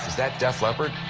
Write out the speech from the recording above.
that def leppard?